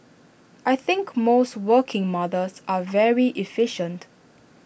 I think most working mothers are very efficient